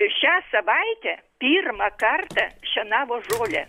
ir šią savaitę pirmą kartą šienavo žolę